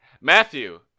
Matthew